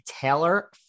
Taylor